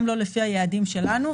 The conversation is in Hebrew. גם לא לפי היעדים שלנו,